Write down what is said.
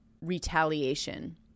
retaliation